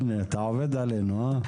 בסדר?